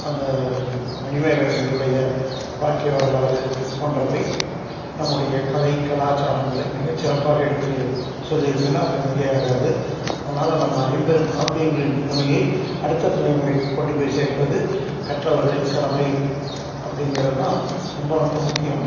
அந்த மணிமேகலையினுடைய வாழ்க்கை வரலாறு போன்றவை நம்முடைய கலை கலாச்சாரங்களை மிகச்சிறப்பாக எடுத்து சொல்லி இருக்குன்னா அது மிகையாகாது அதனால நம்ம ஐம்பெரும் காப்பியங்களின் பெருமையை அடுத்த தலைமுறைக்கு கொண்டு போய் சேர்ப்பது கற்றவர்களின் கடமை அப்படிங்கிறது தான் ரொம்ப ரொம்ப முக்கியம்